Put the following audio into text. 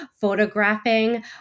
photographing